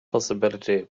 possibility